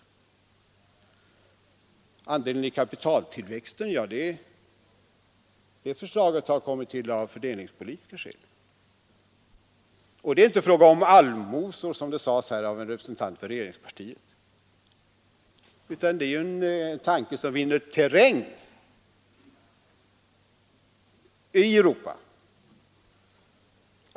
Förslaget om andel i kapitaltillväxten har kommit till av fördelningspolitiska skäl. Och det är inte fråga om allmosor, som en representant för regeringspartiet sade, utan det är en tanke som vinner terräng i Europa.